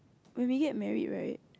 when we get married right